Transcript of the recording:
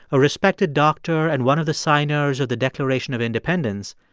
a respected doctor and one of the signers of the declaration of independence,